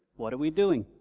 what are we doing?